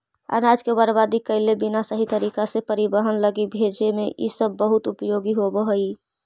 अनाज के बर्बाद कैले बिना सही तरीका से परिवहन लगी भेजे में इ बहुत उपयोगी हई